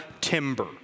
timber